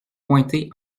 pointer